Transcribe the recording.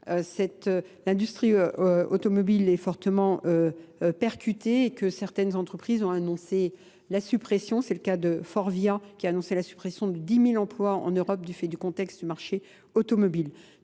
l'industrie automobile est fortement percutée et que certaines entreprises ont annoncé La suppression, c'est le cas de Forvia qui a annoncé la suppression de 10 000 emplois en Europe du fait du contexte du marché automobile.